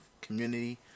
community